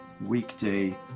weekday